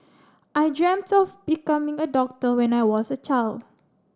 I dreamt of becoming a doctor when I was a child